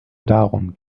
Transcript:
darum